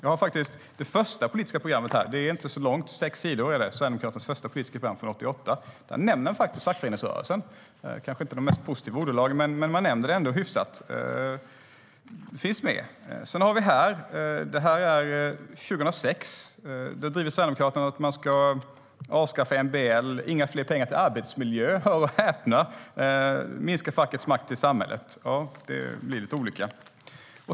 Jag har här det första politiska programmet. Det är inte så långt. Det är sex sidor. Det är Sverigedemokraternas första politiska program från 1988. Där nämner de faktiskt fackföreningsrörelsen. Det är kanske inte i de mest positiva ordalag, men de nämner den ändå hyfsat. Det finns med. Sedan har vi förslag från 2006. Då driver Sverigedemokraterna att man ska avskaffa MBL, inga fler pengar till arbetsmiljö - hör och häpna! - och att minska fackets makt i samhället. Det blir lite olika.